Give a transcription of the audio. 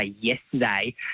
yesterday